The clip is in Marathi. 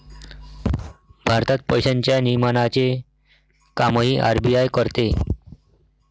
भारतात पैशांच्या नियमनाचे कामही आर.बी.आय करते